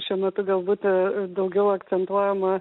šiuo metu gal būt daugiau akcentuojama